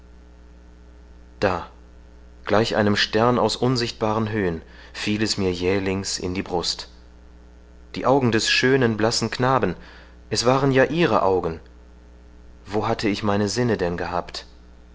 da gleich einem stern aus unsichtbaren höhen fiel es mir jählings in die brust die augen des schönen blassen knaben es waren ja ihre augen wo hatte ich meine sinne denn gehabt